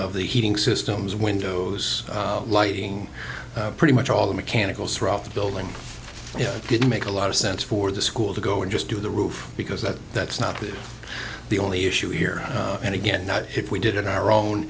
of the heating systems windows lighting pretty much all the mechanicals throughout the building it didn't make a lot of sense for the school to go and just do the roof because that that's not the only issue here and again if we did in our own